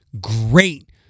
great